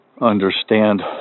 understand